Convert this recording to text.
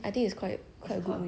out already !walao! out quite